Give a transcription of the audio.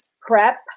prep